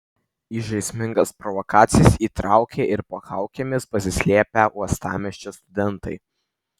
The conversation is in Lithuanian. į žaismingas provokacijas įtraukė ir po kaukėmis pasislėpę uostamiesčio studentai